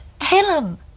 Helen